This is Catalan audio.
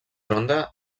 ronda